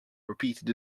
repeated